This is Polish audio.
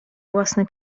własne